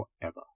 forever